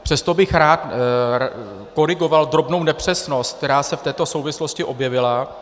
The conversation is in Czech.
Přesto bych rád korigoval drobnou nepřesnost, která se v této souvislosti objevila.